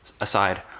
aside